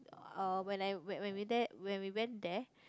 uh when I when we there when we went there